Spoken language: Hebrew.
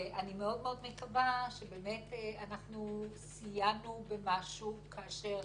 ואני מאוד-מאוד מקווה שבאמת אנחנו סייענו במשהו כאשר